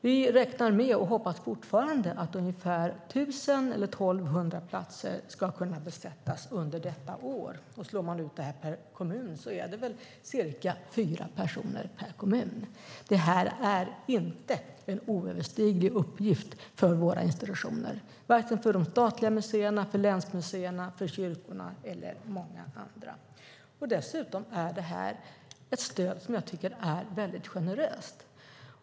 Vi hoppas fortfarande att 1 000-1 200 platser ska besättas under detta år. Slår man ut detta per kommun är det fråga om cirka fyra personer per kommun. Det här är inte en oöverstiglig uppgift för våra institutioner, varken för de statliga museerna, länsmuseerna, kyrkorna eller för många andra. Dessutom är det här stödet generöst.